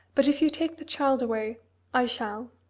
but if you take the child away i shall.